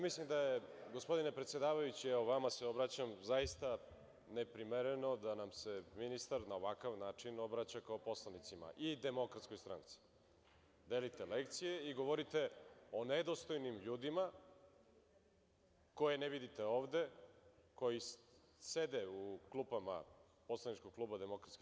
Mislim da je, gospodine predsedavajući, evo, vama se obraćam, zaista neprimereno da nam se ministar na ovakav način obraća kao poslanicima i DS – delite lekcije i govorite o nedostojnim ljudima koje ne vidite ovde, koji sede u klupama poslaničkog kluba DS.